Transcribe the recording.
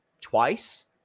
twice